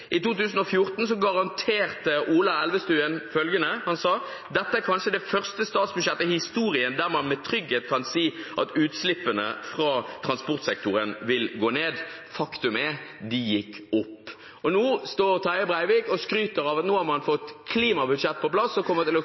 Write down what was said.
I 2014 garanterte Ola Elvestuen følgende og sa: «Dette er kanskje det første statsbudsjettet i historien der man med trygghet kan si at utslippene fra transportsektoren vil gå ned.» Faktum er: De gikk opp. Nå står Terje Breivik og skryter av at nå har man fått klimabudsjettet på plass. Man kommer til